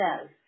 says